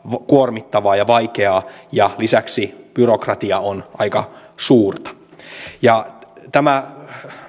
kuormittavaa ja vaikeaa ja lisäksi byrokratia on aika suurta tämä